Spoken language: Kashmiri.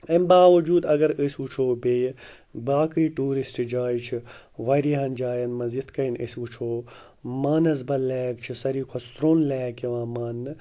اَمہِ باوجوٗد اگر أسۍ وٕچھو بیٚیہِ باقٕے ٹوٗرِسٹ جایہِ چھِ واریاہَن جایَن منٛز یِتھ کٔنۍ أسۍ وٕچھو مانَسبَل لیک چھِ ساروی کھۄتہٕ سرٛوٚن لیک یِوان مانٛنہٕ